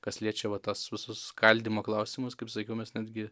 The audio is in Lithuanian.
kas liečia va tas susiskaldymo klausimus kaip sakiau mes netgi